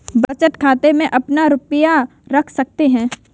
बचत खाते में कितना रुपया रख सकते हैं?